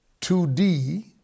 2D